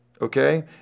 okay